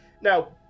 Now